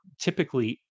typically